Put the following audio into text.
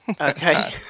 Okay